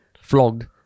flogged